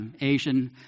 Asian